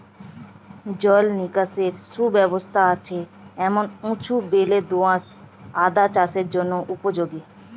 জল নিকাশের সুব্যবস্থা আছে এমন উঁচু বেলে দোআঁশ আদা চাষের জন্য উপযোগী